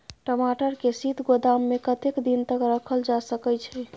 टमाटर के शीत गोदाम में कतेक दिन तक रखल जा सकय छैय?